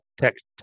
text